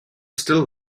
still